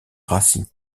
racing